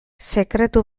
sekretu